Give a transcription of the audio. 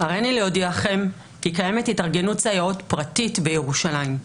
"הריני להודיעכם כי קיימת התארגנות סייעות פרטית בירושלים,